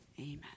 Amen